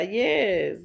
yes